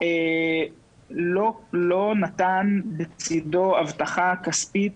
לא נתן בצדו הבטחה כספית.